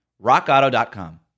RockAuto.com